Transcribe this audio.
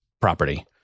property